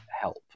help